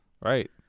Right